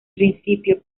principio